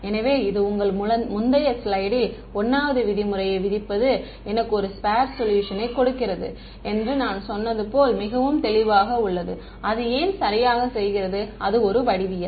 எனவே இது உங்கள் முந்தைய ஸ்லைடில் 1 வது விதிமுறையை விதிப்பது எனக்கு ஒரு ஸ்பெர்ஸ் சொல்யூஷனை கொடுக்கிறது என்று நான் சொன்னது போல் மிகவும் தெளிவாக உள்ளது அது ஏன் சரியாகச் செய்கிறது அது ஒரு வடிவியல்